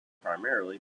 primarily